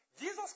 Jesus